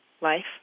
life